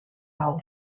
pau